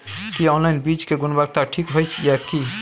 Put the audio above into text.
की online बीज के गुणवत्ता ठीक होय ये की?